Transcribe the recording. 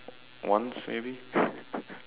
once maybe